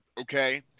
Okay